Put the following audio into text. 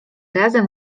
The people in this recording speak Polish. razem